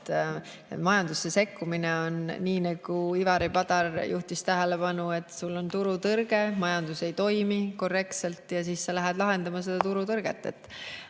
Majandusse sekkumine on nii, nagu Ivari Padar juhtis tähelepanu, et sul on turutõrge, majandus ei toimi korrektselt ja siis sa lähed lahendama seda turutõrget.